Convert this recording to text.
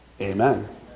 Amen